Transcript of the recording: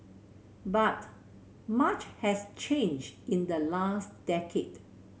but much has changed in the last decade